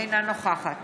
אינה נוכחת